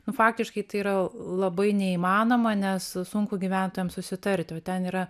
nu faktiškai tai yra labai neįmanoma nes sunku gyventojams susitarti va ten yra